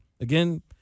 Again